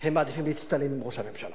הם מעדיפים להצטלם עם ראש הממשלה.